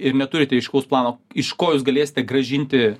ir neturite aiškaus plano iš ko jūs galėsite grąžinti